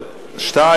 נבצרות,